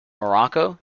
morocco